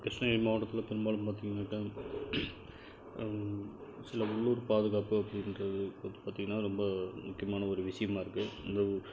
கிருஷ்ணகிரி மாவட்டத்தில் பெரும்பாலும் பார்த்தீங்கன்னாக்கா சில உள்ளூர் பாதுகாப்பு அப்படின்றது பார்த்தீங்கன்னா ரொம்ப முக்கியமான ஒரு விஷயமா இருக்குது இந்த